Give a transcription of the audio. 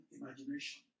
imagination